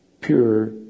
pure